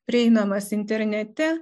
prieinamas internete